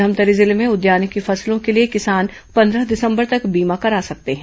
धमतरी जिले में उद्यानिकी फसलों के लिए किसान पंद्रह दिसंबर तक बीमा करा सकते हैं